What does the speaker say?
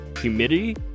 humidity